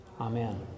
Amen